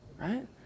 right